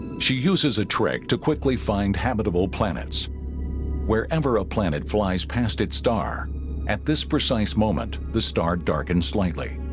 she uses a trick to quickly find habitable planets wherever a planet flies past its star at this precise moment the star darkened slightly